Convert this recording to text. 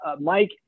Mike